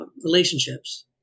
relationships